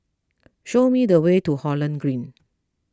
show me the way to Holland Green